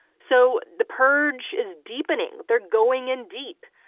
so the purge is deepening, they're going in deep,